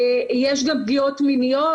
יש גם פגיעות מיניות.